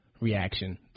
reaction